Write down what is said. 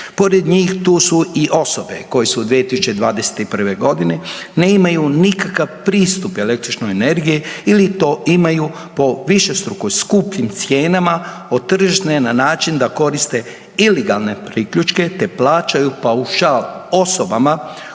Pored njih tu su i osobe koje u 2021.g. nemaju nikakav pristup električnoj energiji ili to imaju po višestruko skupljim cijenama od tržišne na način da koriste ilegalne priključke, te plaćaju paušal osobama